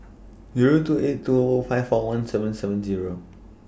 Zero two eight two five four one seven seven Zero